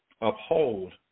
uphold